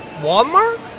Walmart